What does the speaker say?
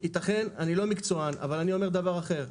ייתכן, אני לא מקצוען, אבל אני אומר דבר אחר: